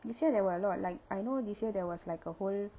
this year there were a lot like I know this year there was like a whole